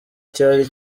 cyari